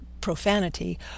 profanity